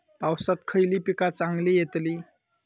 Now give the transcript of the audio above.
पावसात खयली पीका चांगली येतली?